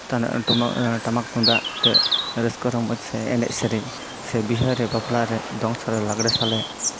ᱴᱟᱢᱟᱠ ᱴᱟᱢᱟᱠ ᱛᱩᱢᱫᱟᱜ ᱟᱛᱮᱜ ᱨᱟᱹᱥᱠᱟᱹ ᱨᱚᱢᱚᱡ ᱥᱮ ᱮᱱᱮᱡ ᱥᱮᱨᱮᱧ ᱥᱮ ᱵᱤᱦᱟᱹᱨᱮ ᱵᱟᱯᱞᱟᱨᱮ ᱫᱚᱝ ᱥᱟᱞᱮ ᱞᱟᱜᱽᱲᱮ ᱥᱟᱞᱮ